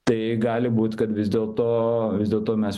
tai gali būt kad vis dėlto vis dėlto mes